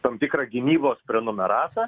tam tikrą gynybos prenumeratą